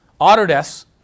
Autodesk